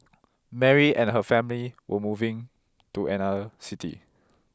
Mary and her family were moving to another city